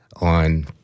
on